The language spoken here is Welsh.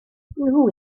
nhw